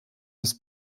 des